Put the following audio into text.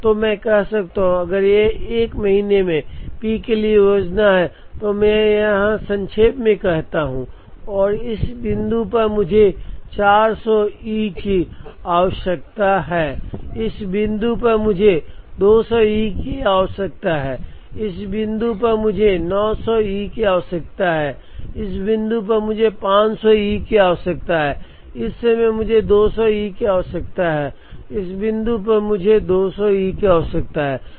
तो मैं कह रहा हूं अगर यह 1 महीने में पी के लिए योजना है तो मैं यहां संक्षेप में कहता हूं और इस बिंदु पर मुझे 400 ई की आवश्यकता है इस बिंदु पर मुझे 200 ई की आवश्यकता है इस बिंदु पर मुझे 900 ई की आवश्यकता है इस बिंदु पर मुझे 500 E की आवश्यकता है इस समय मुझे 200 E की आवश्यकता है इस बिंदु पर मुझे 200 E की आवश्यकता है